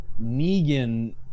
Negan